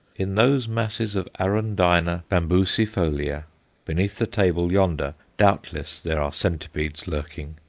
in those masses of arundina bambusaefolia beneath the table yonder doubtless there are centipedes lurking,